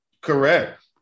correct